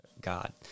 God